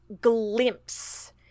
glimpse